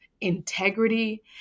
integrity